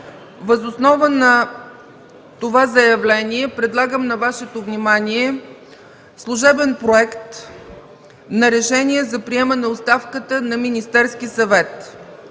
Въз основа на това заявление, предлагам на Вашето внимание служебен Проект за решение за приемане на оставката на Министерския съвет: